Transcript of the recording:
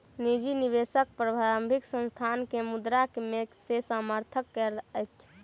निजी निवेशक प्रारंभिक संस्थान के मुद्रा से समर्थन करैत अछि